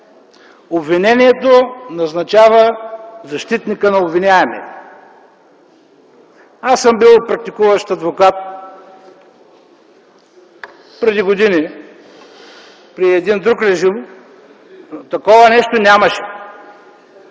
обвинението назначава защитника на обвиняемия. Аз съм бил практикуващ адвокат преди години, при един друг режим. Такова нещо нямаше!